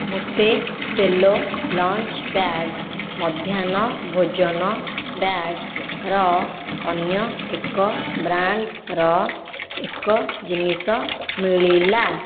ମୋତେ Cello lunch bag ମଧ୍ୟାହ୍ନ ଭୋଜନ ବ୍ୟାଗ୍ର ଅନ୍ୟ ଏକ ବ୍ରାଣ୍ଡ୍ର ଏକ ଜିନିଷ ମିଳିଲା